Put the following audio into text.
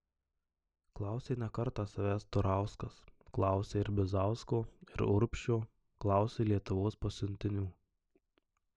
klausė ne kartą savęs turauskas klausė ir bizausko ir urbšio klausė lietuvos pasiuntinių